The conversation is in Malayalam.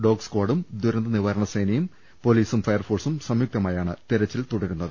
ഡോക്സ്കാഡും ദുരന്ത നിവാ രണ സേനയും പൊലീസും ഫയർഫോഴ്സും സംയു ക്തമായാണ് തെരച്ചിൽ നടത്തുന്നത്